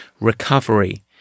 recovery